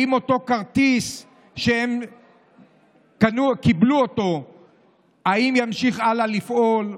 אותו כרטיס שהן קיבלו ימשיך הלאה לפעול,